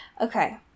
Okay